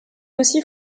aussi